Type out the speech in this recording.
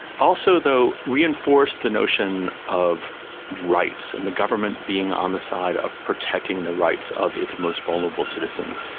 also though reinforced the notion of rights and the government being on the side of protecting the rights of its most vulnerable citizens.